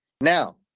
Now